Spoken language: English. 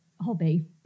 hobby